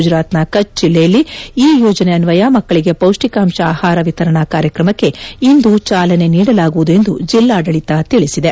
ಗುಜರಾತ್ನ ಕಚ್ ಜಿಲ್ಲೆಯಲ್ಲಿ ಈ ಯೋಜನೆ ಅನ್ವಯ ಮಕ್ಕಳಿಗೆ ಪೌಷ್ಣಿಕಾಂಶ ಆಹಾರ ವಿತರಣಾ ಕಾರ್ಯಕ್ರಮಕ್ಕೆ ಇಂದು ಚಾಲನೆ ನೀಡಲಾಗುವುದು ಎಂದು ಜಿಲ್ಡಾಡಳಿತ ತಿಳಿಸಿದೆ